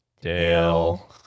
Dale